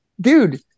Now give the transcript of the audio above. Dude